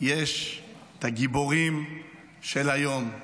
יש הגיבורים של היום.